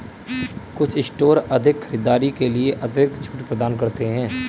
कुछ स्टोर अधिक खरीदारी के लिए अतिरिक्त छूट प्रदान करते हैं